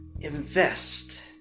invest